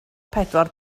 pedwar